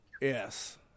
Yes